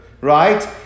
right